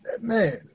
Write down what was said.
man